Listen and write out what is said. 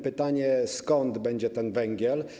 Pytanie: Skąd będzie ten węgiel?